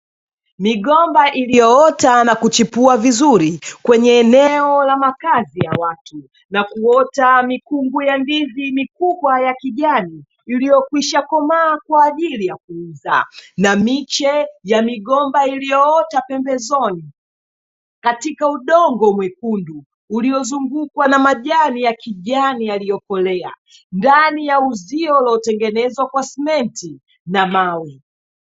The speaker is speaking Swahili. Migomba iliyoota na kuchipua vizuri kwenye eneo la makazi ya watu, na kuota mikungu ya ndizi mikubwa ya kijani iliyokwisha komaa kwa ajili ya kuuza. Na miche ya migomba iliyoota pembezoni katika udongo mwekundu uliozungukwa na majani ya kijani yaliyokolea, ndani ya uzio uliotengenezwa kwa simenti na mawe.